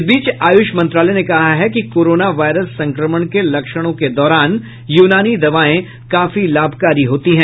इस बीच आयुष मंत्रालय ने कहा है कि कोरोना वायरस संक्रमण के लक्षणों के दौरान यूनानी दवाएं काफी लाभकारी होती हैं